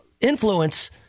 influence